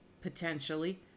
potentially